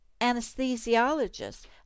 anesthesiologist